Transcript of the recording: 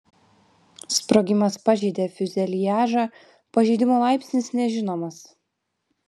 sprogimas pažeidė fiuzeliažą pažeidimo laipsnis nežinomas